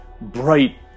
bright